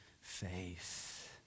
faith